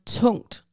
tungt